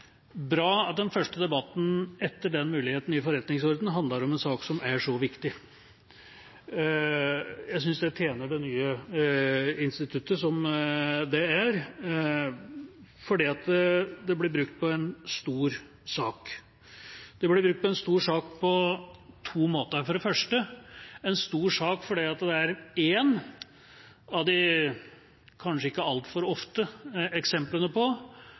bra at den første debatten etter den muligheten i forretningsordenen handler om en sak som er så viktig. Jeg synes det tjener det nye instituttet, som det er, at det blir brukt på en stor sak. Det blir brukt på en stor sak på to måter. For det første er det en stor sak fordi det er ett av de kanskje ikke altfor vanlige eksemplene på